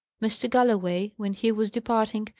mr. galloway, when he was departing,